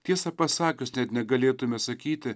tiesą pasakius net negalėtume sakyti